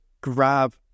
grab